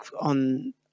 on